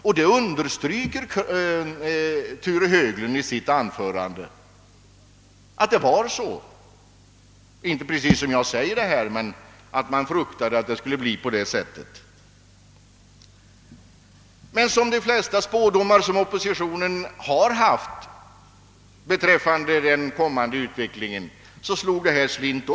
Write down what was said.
Rune Höglund antydde också i sitt anförande att det var så — inte precis med de ord jag använde, men han sade att man hade fruktat att det skulle bli på det sättet. Men liksom beträffande de flesta spådomar oppositionen gjort om den kommande utvecklingen så slog även denna slint.